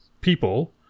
people